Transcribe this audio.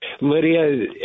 Lydia